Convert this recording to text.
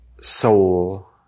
soul